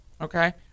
okay